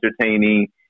entertaining